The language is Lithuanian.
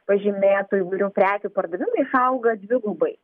pažymėtų įvairių prekių pardavimai išauga dvigubai